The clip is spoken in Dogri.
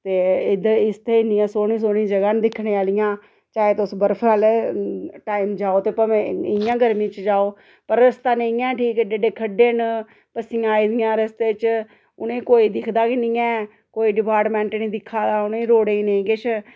ते इद्धर इत्थें इन्नी सोह्नी सोह्नी जगह न दिक्खने आह्लियां चाहे तुस बर्फ आह्ले टाइम जाओ ते भामें इ'यां गर्मी च जाओ पर रस्ता नेईंं ऐ ठीक ऐडे ऐडे खड्डे न पस्सियां आई दियां रस्ते च उनेंगी कोई दिखदा गै नेईं ऐ कोई डिपार्टमेंट नेईं दिक्खा दा उनें रोडें गी नेईं किश